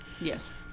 Yes